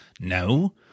No